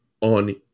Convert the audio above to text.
on